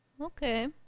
Okay